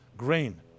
Grain